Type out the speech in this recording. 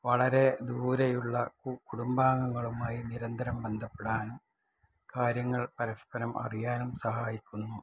വളരെ ദൂരെയുള്ള കുടുംബാങ്കങ്ങളുമായി നിരന്തരം ബന്ധപ്പെടാനും കാര്യങ്ങള് പരസ്പരം അറിയാനും സഹായിക്കുന്നു